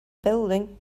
building